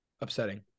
upsetting